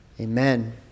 Amen